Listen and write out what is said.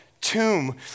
Tomb